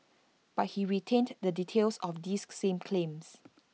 but he retained the details of these same claims